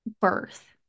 birth